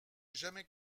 jamais